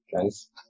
guys